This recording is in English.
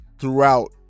throughout